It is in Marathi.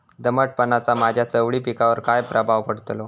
दमटपणाचा माझ्या चवळी पिकावर काय प्रभाव पडतलो?